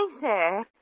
sir